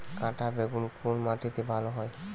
কাঁটা বেগুন কোন মাটিতে ভালো হয়?